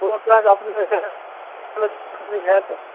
कोनो काज अपनेके हैत कोनो